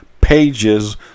pages